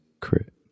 crit